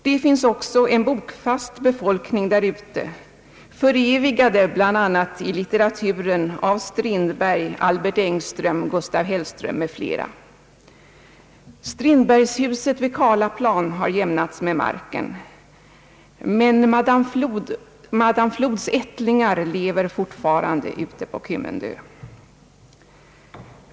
Där finns också en bofast befolkning, förevigad bl.a. i litteraturen — av Strindberg, Albert Eng ström, Gustaf Hellström m.fl. Strindbergshuset vid Karlaplan har jämnats med marken, men madame Flods ättlingar lever fortfarande på Kymmendö.